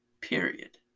period